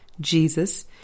Jesus